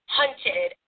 hunted